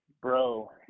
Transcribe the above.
bro